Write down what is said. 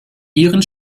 ihren